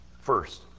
First